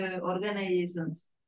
organizations